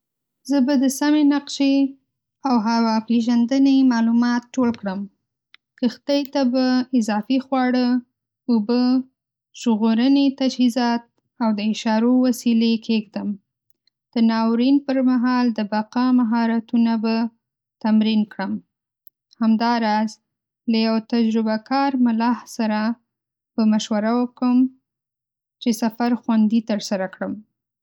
زه به د سمې نقشې او هوا پېژندنې معلومات ټول کړم. کښتۍ ته به اضافي خواړه، اوبه، ژغورني تجهیزات او د اشارو وسیلې کېږدم. د ناورین پر مهال د بقا مهارتونه به تمرین کړم. همداراز، له یو تجربه‌کار ملاح سره به مشوره وکم چې سفر خوندي ترسره کړم.